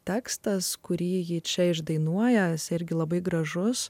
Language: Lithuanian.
tekstas kurį ji čia išdainuojantis irgi labai gražus